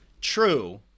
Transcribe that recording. True